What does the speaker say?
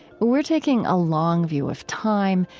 we're we're taking a long view of time,